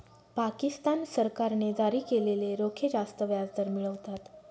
पाकिस्तान सरकारने जारी केलेले रोखे जास्त व्याजदर मिळवतात